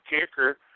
kicker